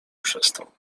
przestał